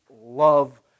love